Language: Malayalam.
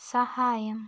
സഹായം